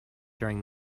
during